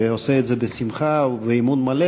ועושה את זה בשמחה ובאמון מלא,